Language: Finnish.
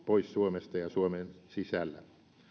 pois suomesta ja suomen sisällä